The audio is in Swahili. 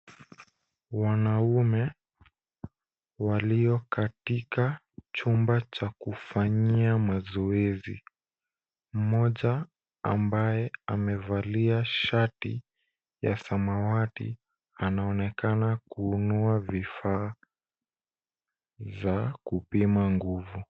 Wanaume walio katika chumba cha kufanyia mazoezi. Mmoja ambaye amevalia shati ya samawati anaonekana kuinua vifaa za kupima nguvu.